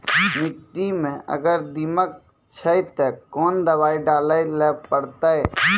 मिट्टी मे अगर दीमक छै ते कोंन दवाई डाले ले परतय?